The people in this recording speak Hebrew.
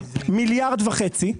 מיליארד וחצי.